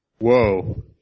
Whoa